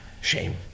Shame